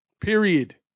Period